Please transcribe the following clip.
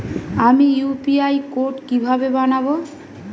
আমি UPI code কিভাবে বানাব?